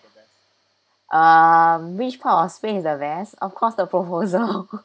uh which part of spain is the best of course the proposal